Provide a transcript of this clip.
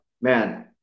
man